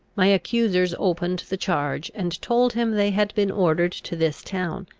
my accusers opened the charge, and told him they had been ordered to this town,